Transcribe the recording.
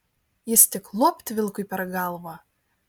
jis tik luopt vilkui per galvą